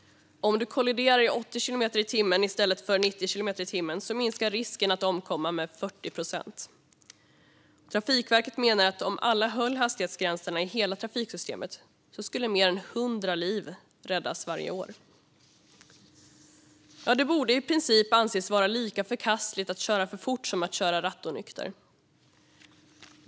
Om du kolliderar i 80 kilometer i timmen i stället för 90 kilometer i timmen minskar risken att omkomma med 40 procent. Trafikverket menar att om alla höll hastighetsgränserna i hela trafiksystemet skulle mer än 100 liv räddas varje år. Det borde i princip anses vara lika förkastligt att köra för fort som att köra rattonykter.